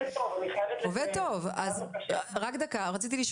זה עובד טוב, אני חייבת לציין.